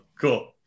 Cool